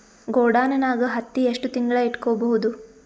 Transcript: ಗೊಡಾನ ನಾಗ್ ಹತ್ತಿ ಎಷ್ಟು ತಿಂಗಳ ಇಟ್ಕೊ ಬಹುದು?